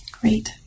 Great